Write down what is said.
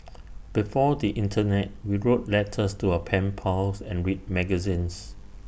before the Internet we wrote letters to our pen pals and read magazines